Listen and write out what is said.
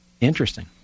interesting